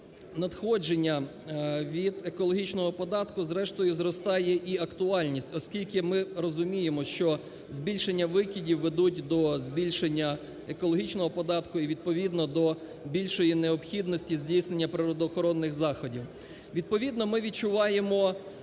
надходження від екологічного податку, зрештою, зростає і актуальність, оскільки ми розуміємо, що збільшення викидів ведуть до збільшення екологічного податку і відповідно до більшої необхідності здійснення природоохоронних заходів. Відповідно ми відчуваємо